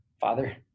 Father